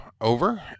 Over